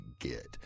get